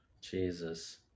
jesus